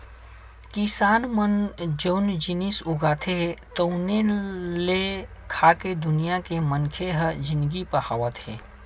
किसान मन जउन जिनिस उगाथे तउने ल खाके दुनिया के मनखे ह जिनगी पहावत हे